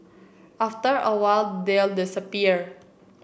after a while they'll disappear